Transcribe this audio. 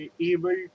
able